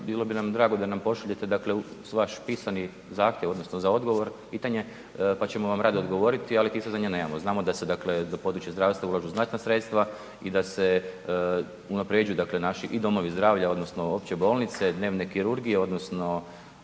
bili bi nam drago da nam pošaljete dakle vaš pisani zahtjev odnosno za odgovor, pitanje, pa ćemo vam rado odgovoriti ali tih saznanja nemamo. Znamo da se dakle, da se u područje zdravstva ulažu znatna sredstva i da se unapređuju dakle naši i domovi zdravlja, odnosno opće bolnice, dnevne kirurgije, odnosno